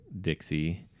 Dixie